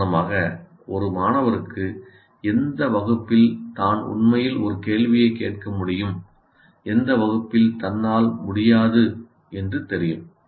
உதாரணமாக ஒரு மாணவருக்கு எந்த வகுப்பில் தான் உண்மையில் ஒரு கேள்வியைக் கேட்க முடியும் எந்த வகுப்பில் தன்னால் முடியாது என்று தெரியும்